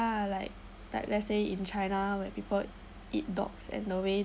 I like like let's say in china where people eat dogs and the way